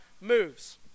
moves